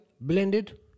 blended